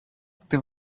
στη